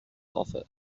offer